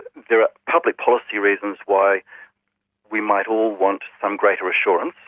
there are public policy reasons why we might all want some greater assurance,